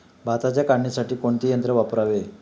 भाताच्या काढणीसाठी कोणते यंत्र वापरावे?